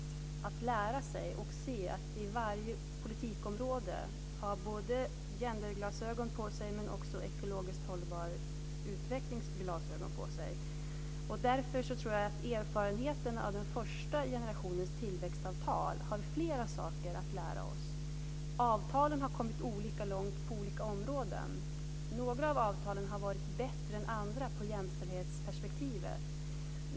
Det handlar om att lära sig och om att i varje politikområde ha både genderglasögon och ekologiskt-hållbar-utvecklingglasögon på sig. Därför tror jag att erfarenheten av den första generationens tillväxtavtal har flera saker att lära oss. Man har kommit olika långt med avtalen på olika områden. Några av avtalen har varit bättre än andra på jämställdhetsperspektivet.